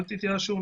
אל תתייאשו.